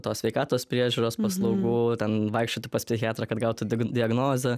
tos sveikatos priežiūros paslaugų ten vaikščioti pas psichiatrą kad gautų diagnozę